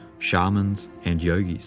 shamans, and yogis.